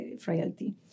frailty